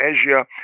Asia